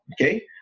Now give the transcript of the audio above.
Okay